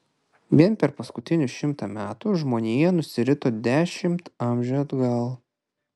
vien per paskutinius šimtą metų žmonija nusirito dešimt amžių atgal